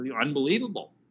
unbelievable